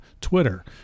Twitter